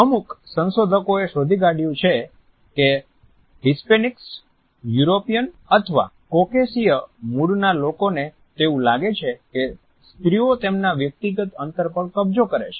અમુક સંશોધકોએ શોધી કાઢ્યું છે કે હિસ્પેનિક્સ યુરોપીયન અથવા કોકેશિય મૂળના લોકોને તેવું લાગે છે કે સ્ત્રીઓ તેમના વ્યક્તિગત અંતર પર કબજો કરે છે